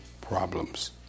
problems